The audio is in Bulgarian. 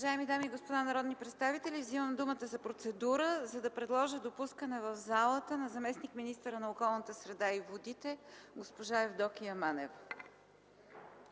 Уважаеми дами и господа народни представители! Вземам думата за процедура, за да предложа допускането в залата на заместник-министъра на околната среда и водите госпожа Евдокия Манева.